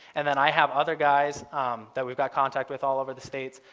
and then i have other guys that we've got contact with all over the states,